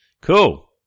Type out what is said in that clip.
cool